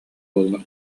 буоллар